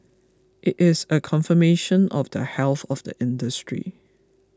it is a confirmation of the health of the industry